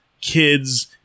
kids